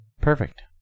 Perfect